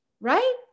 right